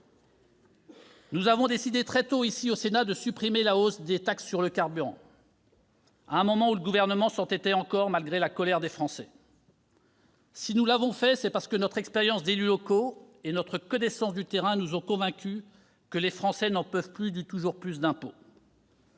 Nous avons décidé très tôt, ici, au Sénat, de supprimer la hausse des taxes sur les carburants. À un moment où le Gouvernement s'entêtait encore, malgré la colère des Français. Si nous l'avons fait, c'est parce que notre expérience d'élus locaux et notre connaissance du terrain nous ont convaincus que les Français n'en peuvent plus du toujours plus d'impôts.